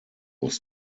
was